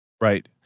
right